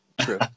True